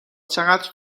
چقدر